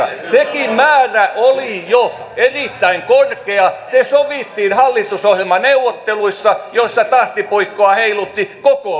sekin määrä oli jo erittäin korkea se sovittiin hallitusohjelmaneuvotteluissa joissa tahtipuikkoa heilutti kokoomus